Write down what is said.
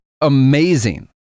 amazing